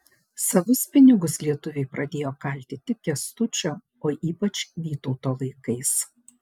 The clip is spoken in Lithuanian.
savus pinigus lietuviai pradėjo kalti tik kęstučio o ypač vytauto laikais